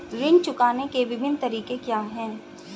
ऋण चुकाने के विभिन्न तरीके क्या हैं?